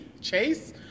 Chase